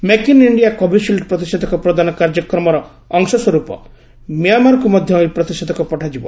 make in India Covishield ପ୍ରତିଷେଧକ ପ୍ରଦାନ କାର୍ଯ୍ୟକ୍ରମର ଅଂଶସ୍ୱରୂପ ମ୍ୟାମାରକୁ ମଧ୍ୟ ଏହି ପ୍ରତିଷେଧକ ପଠାଯିବ